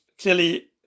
clearly